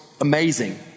amazing